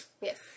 Yes